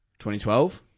2012